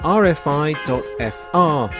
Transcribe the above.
rfi.fr